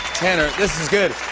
tanner, this is good.